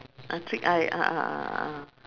uh trick eye ah ah ah ah ah